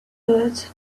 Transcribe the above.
but